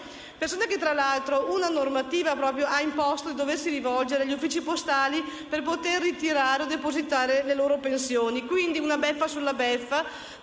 alle quali, tra l'altro, una normativa ha imposto di doversi rivolgere agli uffici postali per poter ritirare o depositare le loro pensioni. Quindi è una beffa nella beffa